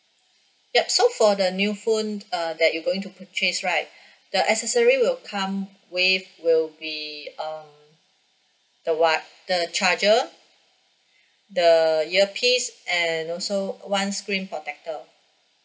yup so for the new phones uh that you going to purchase right the accessory will come with will be err the what the charger the earpiece and also one screen protector